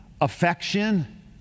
affection